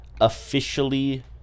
officially